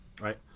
right